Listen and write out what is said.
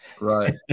Right